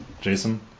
Jason